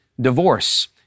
divorce